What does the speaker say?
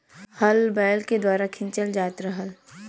हल बैल के द्वारा खिंचल जात रहल